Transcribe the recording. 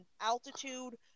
altitude